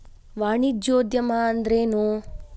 ವಾಣಿಜ್ಯೊದ್ಯಮಾ ಅಂದ್ರೇನು?